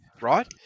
right